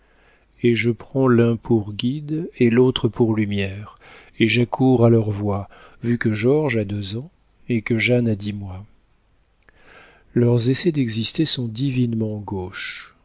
et je prends l'un pour guide et l'autre pour lumière et j'accours à leur voix vu que george a deux ans et que jeanne a dix mois leurs essais d'exister sont divinement gauches